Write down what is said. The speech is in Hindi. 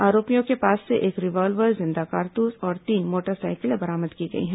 आरोपियों के पास से एक रिवॉल्वर जिंदा कारतूस और तीन मोटरसाइकिलें बरामद की गई हैं